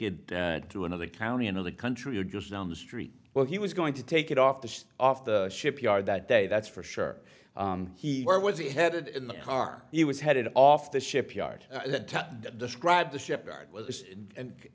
it to another county another country or just down the street well he was going to take it off the off the shipyard that day that's for sure he was he headed in the car he was headed off the shipyard describe the shipyard was and